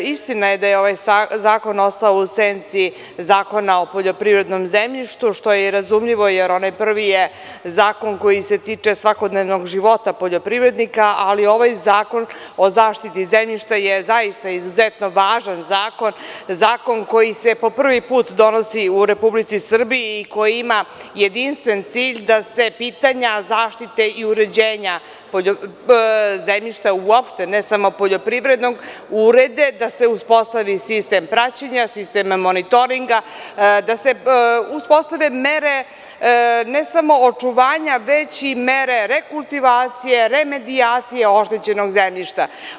Istina je da je ovaj zakon ostao u senci Zakona o poljoprivrednom zemljištu, što je i razumljivo, jer onaj prvi je zakon koji se tiče svakodnevnog života poljoprivrednika, ali ovaj Zakon o zaštiti zemljišta je zaista izuzetno važan zakon, zakon koji se po prvi put donosi u Republici Srbiji i koji ima jedinstven cilj da se pitanja zaštite i uređenja zemljišta uopšte, ne samo poljoprivrednog, urede da se uspostavi sistem praćenja, sistem monitoringa, da se uspostave mere ne samo očuvanja, već i mere rekultivacije, remedijacije oštećenog zemljišta.